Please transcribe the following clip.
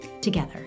together